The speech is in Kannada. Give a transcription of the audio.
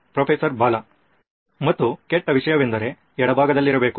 ಪ್ರೊಫೆಸರ್ ಬಾಲಾ ಮತ್ತು ಕೆಟ್ಟ ವಿಷಯವೆಂದರೆ ಎಡಭಾಗದಲ್ಲಿರಬೇಕು